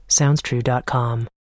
SoundsTrue.com